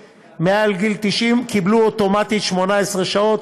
קיבלו אוטומטית 18 שעות.